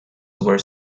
were